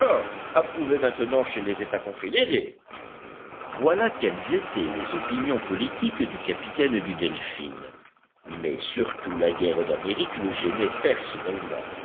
approuvait maintenant chez les états confédérés voilà quelles étaient les opinions politiques du capitaine du delphin mais surtout la guerre d'amérique le gênait personnellement